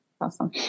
Awesome